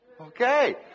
Okay